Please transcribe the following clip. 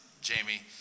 Jamie